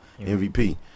mvp